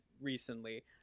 recently